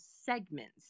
segments